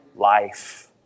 Life